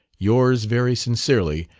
yours very sincerely,